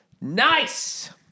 Nice